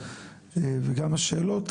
וגם השאלות,